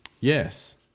yes